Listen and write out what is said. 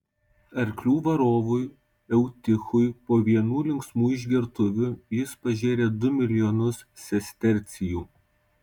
arklių varovui eutichui po vienų linksmų išgertuvių jis pažėrė du milijonus sestercijų